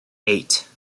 eight